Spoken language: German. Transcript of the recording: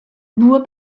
nur